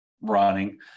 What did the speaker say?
running